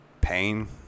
Pain